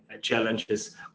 challenges